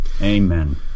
Amen